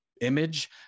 image